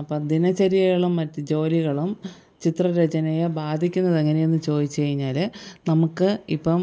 അപ്പോൾ ദിനചര്യകളും മറ്റ് ജോലികളും ചിത്ര രചനയെ ബാധിക്കുന്നത് എങ്ങനെയെന്ന് ചോദിച്ചു കഴിഞ്ഞാൽ നമുക്ക് ഇപ്പം